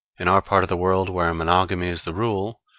in our part of the world where monogamy is the rule,